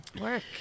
work